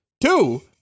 Two